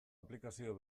aplikazio